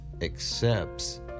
accepts